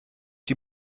die